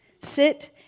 Sit